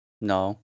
No